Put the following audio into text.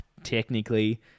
technically